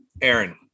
Aaron